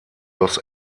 los